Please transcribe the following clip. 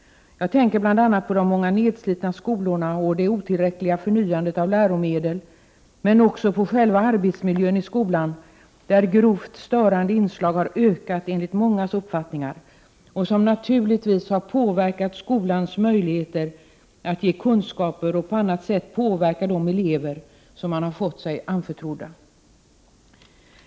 Jag tänker bl.a. på de många nedslitna skolorna och det otillräckliga förnyandet av läromedel, men också på själva arbetsmiljön i skolan där grovt störande inslag enligt mångas uppfattning har ökat. Detta har naturligtvis påverkat skolans möjligheter att förmedla kunskaper och på annat sätt påverka de elever som skolan har fått sig anförtrodd.